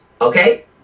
Okay